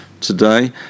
today